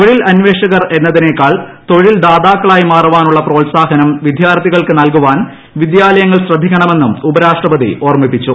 തൊഴിൽ അന്വേഷകർ എന്നതിനേക്കാൾ തൊഴിൽ ദാതാക്കളായി മാറാനുള്ള പ്രോത്സാഹനം വിദ്യാർത്ഥികൾക്ക് നൽകാൻ വിദ്യാലയങ്ങൾ ശ്രദ്ധിക്കണമെന്നും ഉപരാഷ്ട്രപതി ഓർമ്മിപ്പിച്ചു